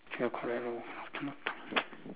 ya correct lor mm